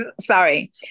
Sorry